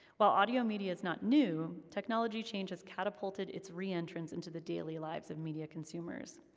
while audio media is not new, technology change has catapulted its reentrance into the daily lives of media consumers.